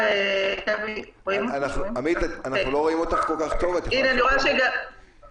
אנחנו רואים קושי מאוד מאוד גדול.